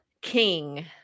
King